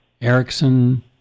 Erickson